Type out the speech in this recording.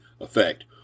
effect